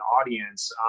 audience